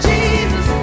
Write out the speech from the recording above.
Jesus